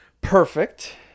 Perfect